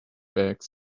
bags